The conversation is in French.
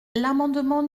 l’amendement